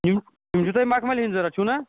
یِم یِم چھِ تۄہہِ مَخمَلہِ ہٕنٛدۍ ضروٗرت چھُنا